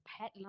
pet